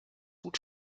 gut